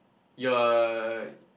you are